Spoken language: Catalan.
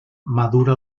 madura